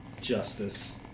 justice